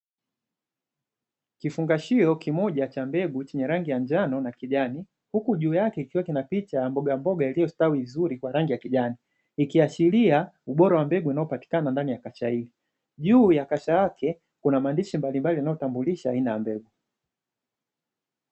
Kifungashio kimoja cha mbegu chenye rangi ya njano na kijani, huku juu yake kikiwa kina picha ya mbogamboga iliyostawi vizuri kwa rangi ya kijani, ikiashiria ubora wa mbegu inayopatikana ndani ya kasha hili. Juu ya kasha lake kuna maandishi mbalimbali yanayotambulisha aina ya mbegu.